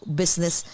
business